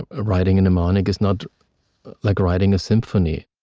ah writing a mnemonic is not like writing a symphony.